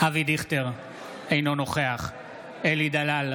ניסים ואטורי,